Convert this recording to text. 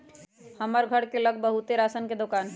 हमर घर के लग बहुते राशन के दोकान हई